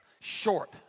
Short